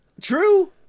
true